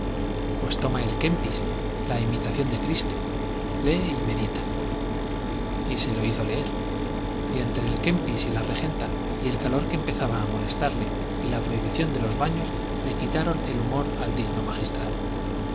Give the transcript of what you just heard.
pues toma el kempis la imitación de cristo lee y medita y se lo hizo leer y entre kempis y la regenta y el calor que empezaba a molestarle y la prohibición de los baños le quitaron el humor al digno magistrado